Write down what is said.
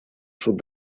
sud